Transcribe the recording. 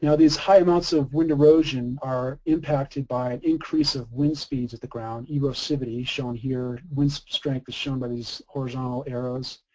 you know these high amounts of wind erosion are impacted by increase of wind speeds at the ground, erosivity shown here, wind strength is shown by these horizontal arrows,